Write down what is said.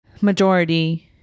Majority